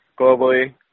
globally